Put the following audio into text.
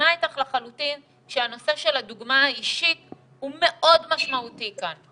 מסכימה איתך לחלוטין שהנושא של הדוגמה האישית הוא מאוד משמעותי כאן.